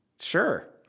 Sure